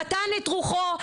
נתן את רוחו,